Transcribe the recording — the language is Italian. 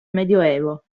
medioevo